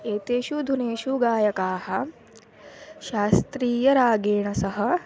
एतेषु धुनेषु गायकाः शास्त्रीयरागेण सह